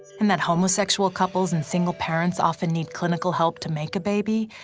and that homosexual couples and single parents often need clinical help to make a baby,